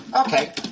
Okay